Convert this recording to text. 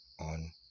on